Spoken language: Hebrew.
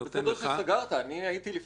הייתי לפני.